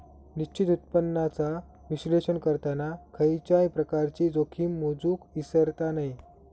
निश्चित उत्पन्नाचा विश्लेषण करताना खयच्याय प्रकारची जोखीम मोजुक इसरता नये